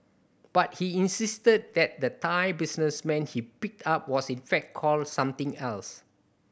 but he insisted that the Thai businessman he picked up was in fact called something else